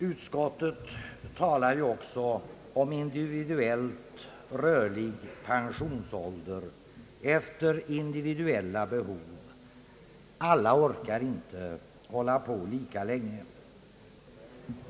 Utskottet talar också om individuellt rörlig pensionsålder efter individuella behov. Alla orkar inte hålla på lika länge.